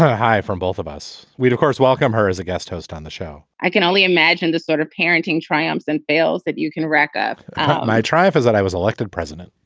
hi from both of us. we, of course, welcome her as a guest host on the show i can only imagine the sort of parenting triumphs and fails that you can rack up my triumph is that i was elected president.